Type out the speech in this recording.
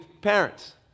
parents